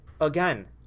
again